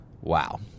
Wow